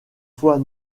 fois